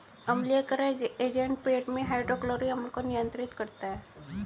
अम्लीयकरण एजेंट पेट में हाइड्रोक्लोरिक अम्ल को नियंत्रित करता है